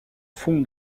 fond